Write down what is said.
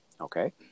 Okay